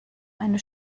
eine